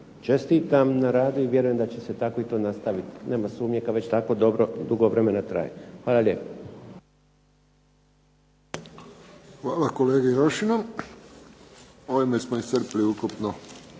čestitam na radu i vjerujem da će se tako i nastaviti. Nema sumnje kada već tako dobro dugo vremena traje. Hvala lijepo. **Friščić, Josip (HSS)** Hvala kolegi Rošinu. Ovime smo iscrpili ukupno